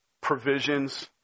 provisions